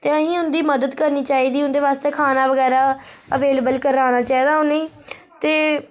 ते असेंगी उंदी मदद करनी चाहिदी उंदे आस्तै खाना बगैरा अवेलेबल कराना चाहिदा उ'नेंगी ते